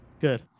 good